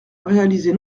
réalisée